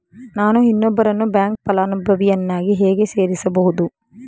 ನಾನು ಇನ್ನೊಬ್ಬರನ್ನು ಬ್ಯಾಂಕ್ ಫಲಾನುಭವಿಯನ್ನಾಗಿ ಹೇಗೆ ಸೇರಿಸಬಹುದು?